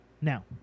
Now